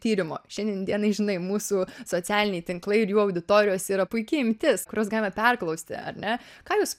tyrimo šiandien dienai žinai mūsų socialiniai tinklai ir jų auditorijos yra puiki imtis kuriuos galime perklausti ar ne ką jūs